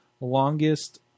longest